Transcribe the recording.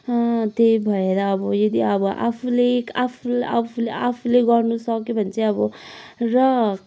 त्यही भएर अब यदि अब आफूले आफ आफ आफूले गर्नुसक्यो भने चाहिँ अब र